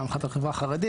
פעם אחת על החברה החרדית,